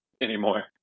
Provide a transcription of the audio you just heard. anymore